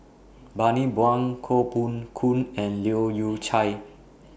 Bani Buang Koh Poh Koon and Leu Yew Chye